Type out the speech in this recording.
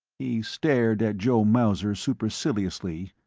he stared at joe mauser superciliously,